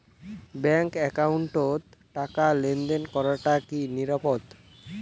Bank একাউন্টত টাকা লেনদেন করাটা কি নিরাপদ?